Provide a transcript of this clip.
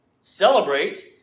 celebrate